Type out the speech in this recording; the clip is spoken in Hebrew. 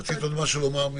רצית עוד משהו לומר?